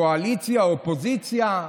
קואליציה-אופוזיציה.